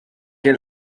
que